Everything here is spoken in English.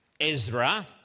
Ezra